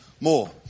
more